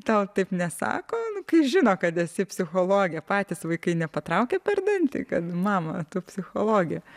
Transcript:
tau taip nesako kai žino kad esi psichologė patys vaikai nepatraukia per dantį kad mama tu psichologė